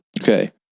Okay